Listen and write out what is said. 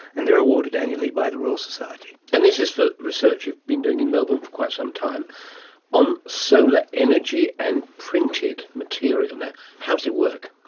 and they are awarded annually by the royal society. and this is for research you've been doing in melbourne for quite some time on solar energy and printed material. how does it work?